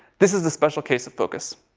this is a special case of focus.